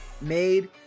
made